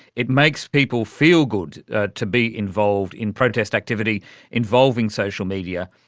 it makes people feel good to be involved in protest activity involving social media,